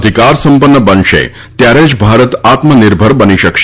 અધિકારસંપન્ન બનશે ત્યારે જ ભારત આત્મનિર્ભર બની શકશે